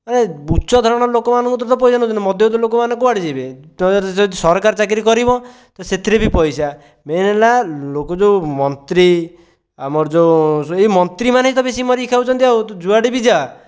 ମାନେ ଉଚ୍ଚଧରଣର ଲୋକମାନଙ୍କଠୁ ତ ପଇସା ନେଉଛନ୍ତି ମଧ୍ୟବିତ ଲୋକମାନେ କୁଆଡ଼େ ଯିବେ ଯଦି ସରକାରୀ ଚାକିରୀ କରିବ ସେଥିରେ ବି ପଇସା ମେନ୍ ହେଲା ଲୋକ ଯେଉଁ ମନ୍ତ୍ରୀ ଆମର ଯେଉଁ ଏଇ ମନ୍ତ୍ରୀମାନେ ହିଁ ତ ବେଶୀ ମାରିକି ଖାଉଛନ୍ତି ଆଉ ତୁ ଯୁଆଡ଼େ ବି ଯା